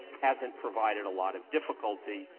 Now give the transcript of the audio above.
hasn't provided a lot of difficulty.